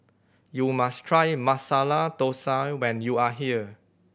you must try Masala Thosai when you are here